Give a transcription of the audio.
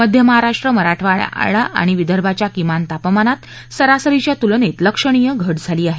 मध्य महाराष्ट्र मराठवाडा आणि विदर्भाच्या किमान तापमानात सरासरीच्या तुलनेत लक्षणीय घट झाली आहे